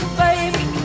baby